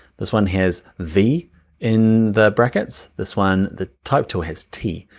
this one has v in the brackets. this one, the type tool has t.